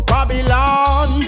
Babylon